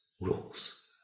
rules